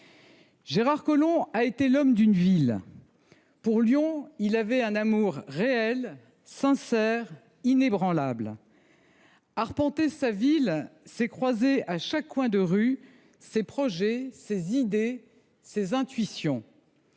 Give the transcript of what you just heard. Gérard Collomb a été l’homme d’une ville. Pour Lyon, il avait un amour réel, sincère, inébranlable. Arpenter sa ville, c’est croiser à chaque coin de rue ses projets, ses idées, ses intuitions.